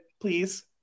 please